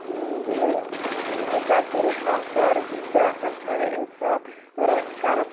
یہِ مےٚ کَر ژٕ رِہا اَتھ کارَس نِش بیٛاکھ آسہِ ژھانڈان اِنصاف ہُہ رَٹہِ کَرَپٹ